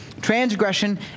transgression